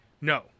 No